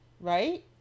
right